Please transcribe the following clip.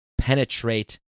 penetrate